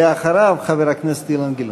אחריו, חבר הכנסת אילן גילאון.